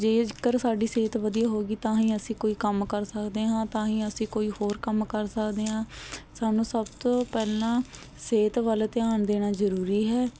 ਜੇਕਰ ਸਾਡੀ ਸਿਹਤ ਵਧੀਆ ਹੋਵੇਗੀ ਤਾਂ ਹੀ ਅਸੀਂ ਕੋਈ ਕੰਮ ਕਰ ਸਕਦੇ ਹਾਂ ਤਾਂ ਹੀ ਅਸੀਂ ਕੋਈ ਹੋਰ ਕੰਮ ਕਰ ਸਕਦੇ ਹਾਂ ਸਾਨੂੰ ਸਭ ਤੋਂ ਪਹਿਲਾਂ ਸਿਹਤ ਵੱਲ ਧਿਆਨ ਦੇਣਾ ਜ਼ਰੂਰੀ ਹੈ